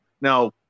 Now